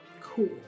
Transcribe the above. Cool